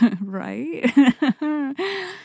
right